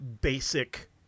basic